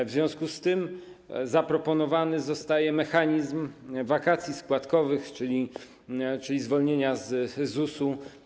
W związku z tym zaproponowany zostaje mechanizm wakacji składkowych, czyli zwolnienia z ZUS-u.